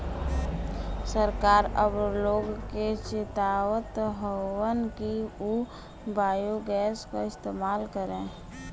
सरकार अब लोग के चेतावत हउवन कि उ बायोगैस क इस्तेमाल करे